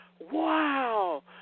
wow